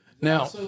Now